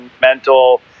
mental